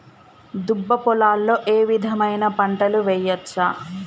దుబ్బ పొలాల్లో ఏ విధమైన పంటలు వేయచ్చా?